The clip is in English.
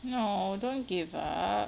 no don't give up